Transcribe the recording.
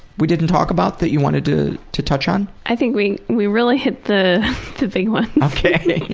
we didn't talk about that you wanted to to touch on? i think we we really hit the the big ones. ok.